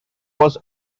was